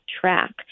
track